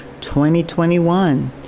2021